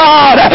God